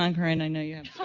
on, corinne, i know yeah